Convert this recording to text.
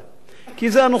כי זה הנושא החם,